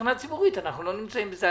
מבחינה ציבורית אנחנו לא נמצאים בזה.